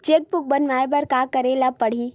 Cheque book बनवाय बर का करे ल पड़हि?